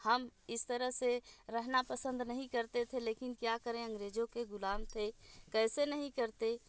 हम इस तरह से रहना पसंद नहीं करते थे लेकिन क्या करें अंग्रेज़ों के ग़ुलाम थे कैसे नहीं करते